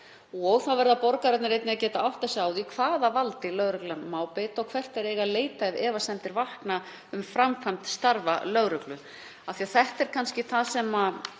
Þá verða borgararnir einnig að geta áttað sig á því hvaða valdi lögreglan má beita og hvert þeir eiga að leita ef efasemdir vakna um framkvæmd starfa lögreglu. Þetta er kannski það sem við